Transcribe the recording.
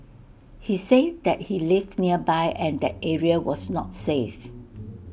he said that he lived nearby and that area was not safe